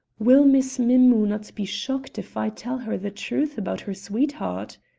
will miss mim-mou' not be shocked if i tell her the truth about her sweetheart?